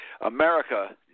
America